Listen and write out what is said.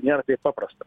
nėra paprasta